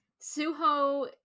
Suho